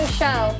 show